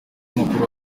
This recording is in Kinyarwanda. makuru